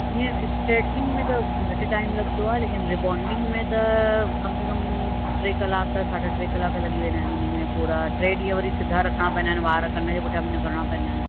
इअं स्ट्रेटनिंग में त घटि टाइम लॻंदो आहे लेकिन रिबॉन्डिंग में त कम से कम टे कलाकु साढा टे कलाक लॻी वेंदा आहिनि उन्हीं में पूरा टे ॾींहं वरी सिधा रखणा पवंदा आहिनि वार कन जे पुठियां बि न करिणा पवंदा आहिनि